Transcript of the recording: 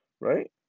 right